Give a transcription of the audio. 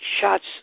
shots